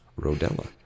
rodella